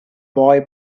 boy